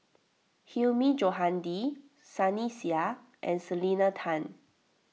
Hilmi Johandi Sunny Sia and Selena Tan